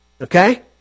okay